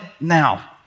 now